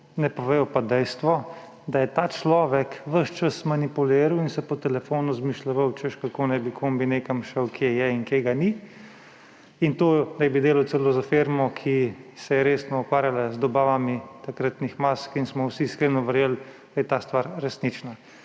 Ne povedo pa dejstva, da je ta človek ves čas manipuliral in si po telefonu izmišljeval, češ, kako naj bi kombi nekam šel, kje je in kje ga ni. In naj bi delal celo za firmo, ki se je resno ukvarjala z dobavami takratnih mask in smo vsi iskreno verjeli, da je ta stvar resnična.